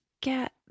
get